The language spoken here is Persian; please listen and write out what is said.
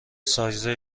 سایز